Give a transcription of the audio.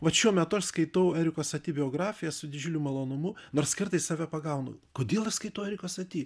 vat šiuo metu aš skaitau eriko sati biografiją su didžiuliu malonumu nors kartais save pagaunu kodėl aš skaitau eriko saty